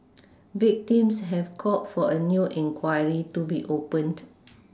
victims have called for a new inquiry to be opened